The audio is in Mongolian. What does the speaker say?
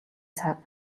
цаг